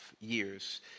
years